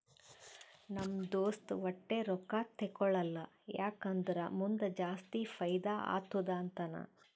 ನಮ್ ದೋಸ್ತ ವಟ್ಟೆ ರೊಕ್ಕಾ ತೇಕೊಳಲ್ಲ ಯಾಕ್ ಅಂದುರ್ ಮುಂದ್ ಜಾಸ್ತಿ ಫೈದಾ ಆತ್ತುದ ಅಂತಾನ್